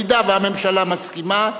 אם הממשלה מסכימה,